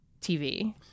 TV